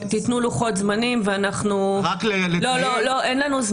תנו לוחות זמנים --- רק לציין שהפיילוט